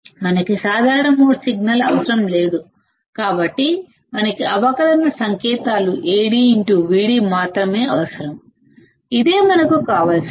మనకి common mode signal అవసరం లేదు కాబట్టి మనకి అవకలన సంకేతాలు AdVd మాత్రమే అవసరంఇదే మనకి కావలసింది